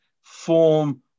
form